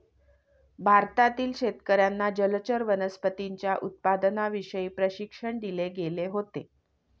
भारतातील शेतकर्यांना जलचर वनस्पतींच्या उत्पादनाविषयी प्रशिक्षण दिले गेले होते